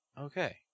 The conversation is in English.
Okay